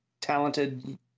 Talented